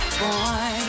boy